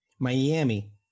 Miami